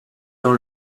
dans